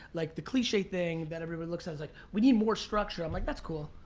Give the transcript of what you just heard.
like the cliche thing that everybody looks at is like, we need more structure. i'm like, that's cool.